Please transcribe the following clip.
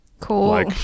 Cool